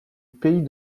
pays